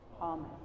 Amen